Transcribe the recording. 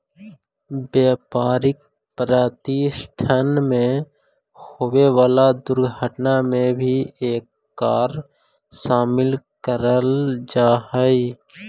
व्यापारिक प्रतिष्ठान में होवे वाला दुर्घटना में भी एकरा शामिल कईल जईत हई